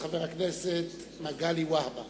חבר הכנסת מגלי והבה.